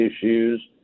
issues